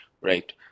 right